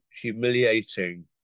humiliating